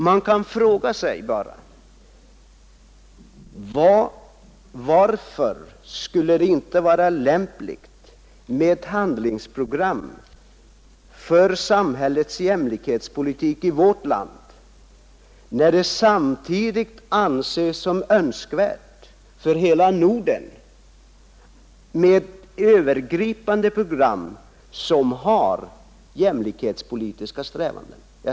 Man kan bara fråga sig: Varför skulle det inte vara lämpligt med ett handlingsprogram för samhällets jämlikhetspolitik i vårt land när det samtidigt anses som önskvärt för hela Norden med ett övergripande program som omfattar jämlikhetspolitiska strävanden?